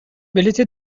بلیت